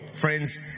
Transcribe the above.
friends